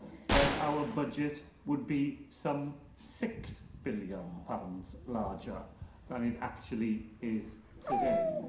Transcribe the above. then our budget would be some six billion pounds larger than it actually is today.